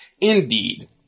Indeed